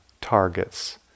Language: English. targets